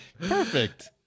Perfect